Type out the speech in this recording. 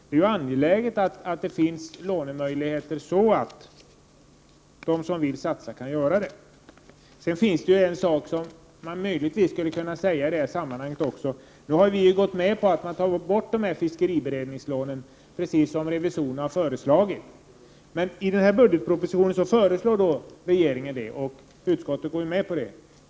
Det är angeläget att det finns lånemöjligheter så att de som vill satsa också kan göra det. Nu har vi ju gått med på att man har tagit bort dessa fiskberedningslån, precis som revisorerna har föreslagit. Men i den här budgetpropositionen föreslår regeringen lån, och utskottet går med på det.